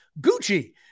Gucci